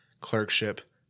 Clerkship